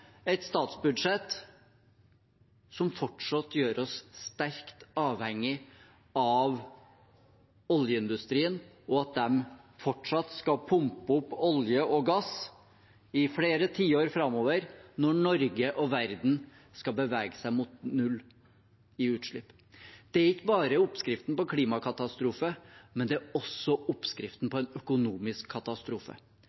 et statsbudsjett som fortsatt gjør oss sterkt avhengig av oljeindustrien, som fortsatt skal pumpe opp olje og gass i flere tiår framover når Norge og verden skal bevege seg mot null i utslipp. Det er ikke bare oppskriften på klimakatastrofe, men det er også oppskriften